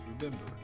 Remember